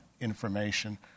information